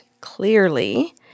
clearly